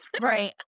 right